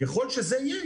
ככל שזה יהיה,